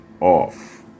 off